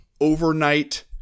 overnight